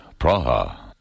Praha